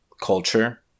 culture